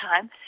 time